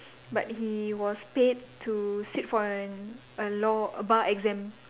but he was paid to sit for an a law bar exam